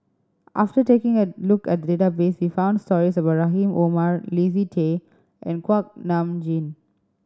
after taking a look at the database we found stories about Rahim Omar Leslie Tay and Kuak Nam Jin